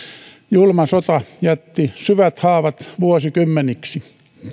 julma sota jätti syvät haavat vuosikymmeniksi